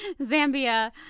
Zambia